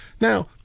Now